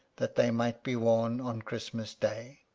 that they might be worn on christmas day.